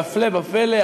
והפלא ופלא,